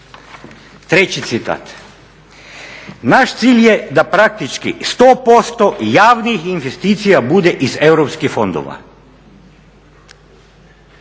Treći citat. "Naš cilj je da praktički 100% javnih investicija bude iz europskih fondova.